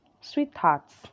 sweethearts